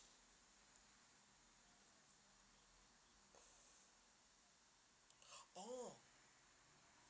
orh